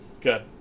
Good